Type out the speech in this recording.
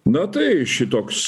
na tai šitoks